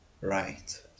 right